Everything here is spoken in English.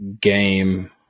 game